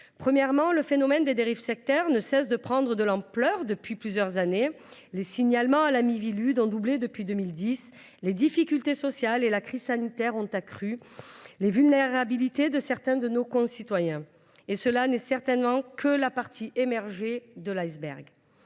Premièrement, ce phénomène ne cesse de prendre de l’ampleur depuis plusieurs années : les signalements à la Miviludes ont doublé depuis 2010. Les difficultés sociales et la crise sanitaire ont accru les vulnérabilités de certains de nos concitoyens. Tout cela n’est certainement que la partie émergée de l’iceberg.